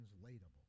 translatable